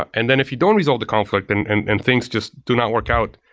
and then if you don't resolve the conflict and and and things just do not work out,